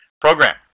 program